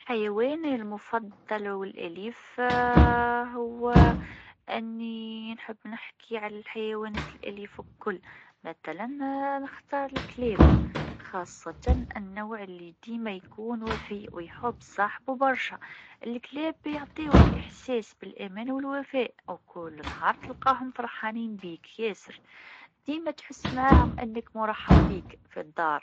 المفضل عندي هو القط. القطط لطيفة ومرحة، ونحب كيفاش يتحركوا. زيدا، هم مستقلين، وهذا يعجبني. وقتلي نرجع للدار، يجيوا يحضنوني ويعطوني حب، وهذا يفرحني برشا.